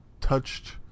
touched